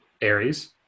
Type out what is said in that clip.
Aries